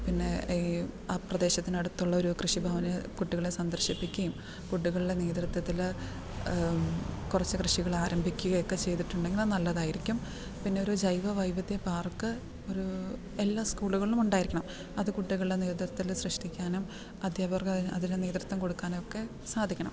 പിന്നെ ഈ ആ പ്രദേശത്തിനടുത്ത് ഉള്ളൊരു കൃഷി ഭവന് കുട്ടികളെ സന്ദർശിപ്പിക്കേം കുട്ടികളുടെ നേതൃത്വത്തിൽ കുറച്ച് കൃഷികൾ ആരംഭിക്കുക ഒക്കെ ചെയ്തിട്ടുണ്ടെങ്കിൽ അത് നല്ലതായിരിക്കും പിന്നൊരു ജൈവ വൈവിധ്യ പാർക്ക് ഒരു എല്ലാ സ്കൂളുകളിലും ഉണ്ടായിരിക്കണം അത് കുട്ടികളുടെ നേതൃത്തിൽ സൃഷ്ടിക്കാനും അധ്യാപർക്ക് അതിന് അതിനെ നേതൃത്തം കൊടുക്കാൻ ഒക്കെ സാധിക്കണം